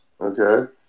Okay